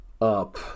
up